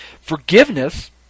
Forgiveness